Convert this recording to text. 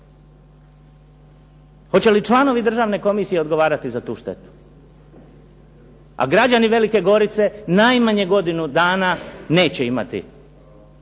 Hoće li članovi državne komisije odgovarati za tu štetu? A građani Velike Gorice najmanje godinu dana neće imati